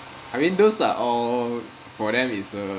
I mean those are all for them is a